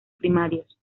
primarios